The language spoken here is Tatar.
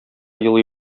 елый